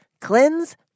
cleanse